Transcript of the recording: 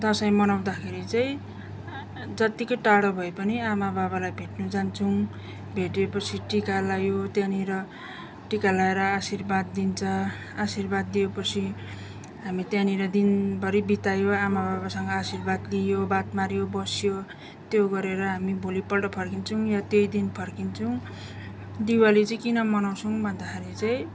दसैँ मनाउँदाखेरि चाहिँ जत्तिकै टाढो भए पनि आमा बाबालाई भेट्नु जान्छौँ भेटेपछि टिका लायो त्यहाँनिर टिका लाएर आशीर्वाद दिन्छ आशीर्वाद दिएपछि हामी त्यहाँनिर दिनभरि बितायो आमा बाबासँग आशीर्वाद लियो बात मार्यो बस्यो त्यो गरेर हामी भोलिपल्ट फर्किन्छौँ या त्यै दिन फर्किन्छौँ दिवाली चाहिँ किन मनाउँछौँ भन्दाखेरि चाहिँ